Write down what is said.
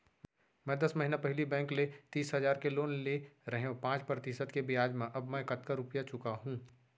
मैं दस महिना पहिली बैंक ले तीस हजार के लोन ले रहेंव पाँच प्रतिशत के ब्याज म अब मैं कतका रुपिया चुका हूँ?